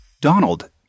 Donald